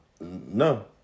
No